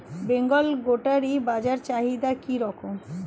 বেঙ্গল গোটারি বাজার চাহিদা কি রকম?